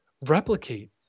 replicate